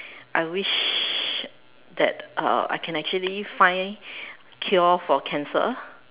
I wish that uh I can actually find a cure for cancer